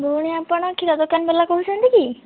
ଭଉଣୀ ଆପଣ କ୍ଷୀର ଦୋକାନବାଲା କହୁଛନ୍ତି କି